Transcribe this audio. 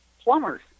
plumbers